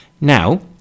Now